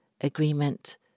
agreement